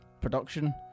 production